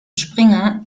springer